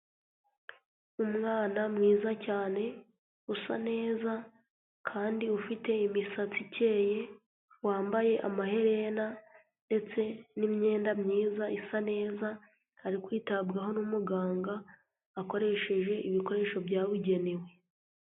Umwana mwiza cyane usa neza kandi ufite imisatsi ikeye, wambaye amaherena ndetse n'imyenda myiza isa neza, ari kwitabwaho n'umuganga, akoresheje ibikoresho byabugenewe.